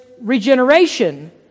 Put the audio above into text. regeneration